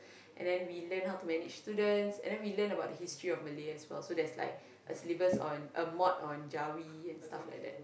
and then we learn how to manage students and then we learn about the history of Malay as well so there's like a syllabus a mod on Jawi and stuff like that